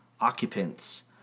occupants